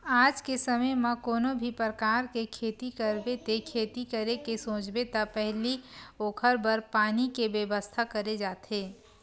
आज के समे म कोनो भी परकार के खेती करबे ते खेती करे के सोचबे त पहिली ओखर बर पानी के बेवस्था करे जाथे